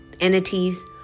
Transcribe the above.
entities